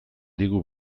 digu